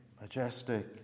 majestic